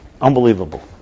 unbelievable